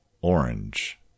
orange